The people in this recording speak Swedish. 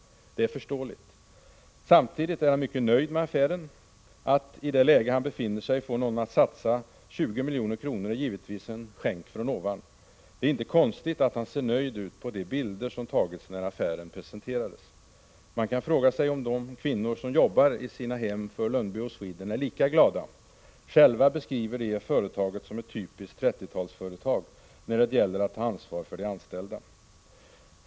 Det är förståeligt. Samtidigt är han mycket nöjd med affären. Att i det läge han befinner sig få någon att satsa 20 milj.kr. är givetvis som en skänk från ovan. Det är inte konstigt att han ser nöjd ut på de bilder som tagits när affären presenterats. Man kan fråga sig om de kvinnor som jobbar i sina hem för Lundby of Sweden är lika glada. Själva beskriver de företaget som ett typiskt 30-talsföretag, när det gäller att ta ansvar för de anställda.